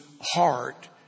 heart